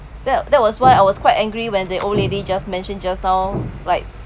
that that was why I was quite angry when that old lady just mentioned just now like